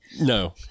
No